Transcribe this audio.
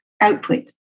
output